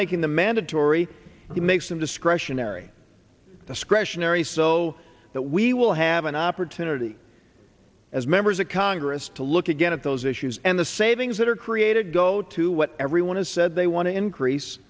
making the mandatory he makes them discretionary discretionary so that we will have an opportunity as members of congress to look again at those issues and the savings that are created go to what everyone has said they want to increase